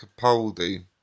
Capaldi